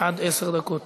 עד עשר דקות.